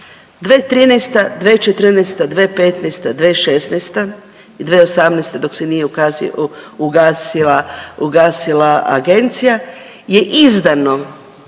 2013., 2014., 2015., 2016. i 2018. dok se nije ugasila agencija je izdano